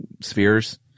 spheres